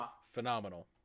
phenomenal